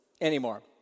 anymore